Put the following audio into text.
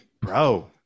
bro